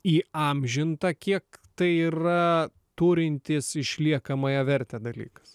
įamžinta kiek tai yra turintis išliekamąją vertę dalykas